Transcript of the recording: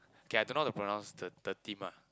okay I don't know how to pronounce the the theme lah